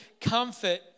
comfort